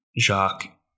Jacques